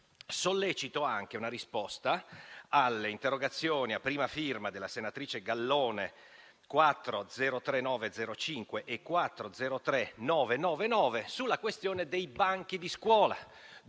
sollecito anche la risposta alle interrogazioni, a prima firma della senatrice Gallone, 4-03905 e 4-03999, sulla questione dei banchi di scuola: